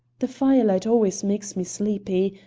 the firelight always makes me sleepy.